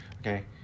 Okay